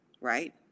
right